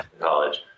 college